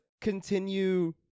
continue